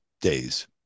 days